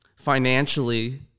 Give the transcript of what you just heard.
financially